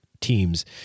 teams